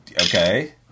okay